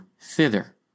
thither